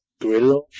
Grillo